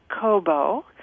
Kobo